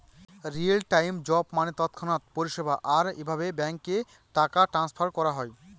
real time job মানে তৎক্ষণাৎ পরিষেবা, আর এভাবে ব্যাঙ্কে টাকা ট্রান্সফার করা হয়